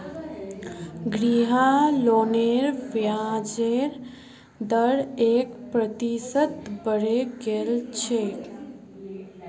गृह लोनेर ब्याजेर दर एक प्रतिशत बढ़े गेल छेक